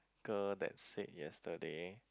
girl that said yesterday